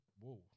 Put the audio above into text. Whoa